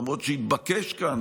למרות שהתבקש כאן,